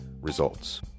Results